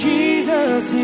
Jesus